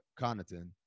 Connaughton